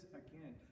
again